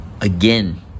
Again